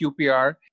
QPR